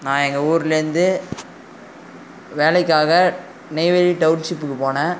நான் எங்கள் ஊர்லேருந்து வேலைக்காக நெய்வேலி டவுன்ஷிப்புக்கு போனேன்